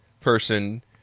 person